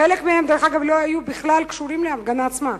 חלק מהם לא היו קשורים בכלל להפגנה עצמה.